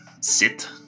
sit